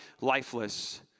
lifeless